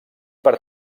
per